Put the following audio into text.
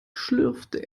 schlürfte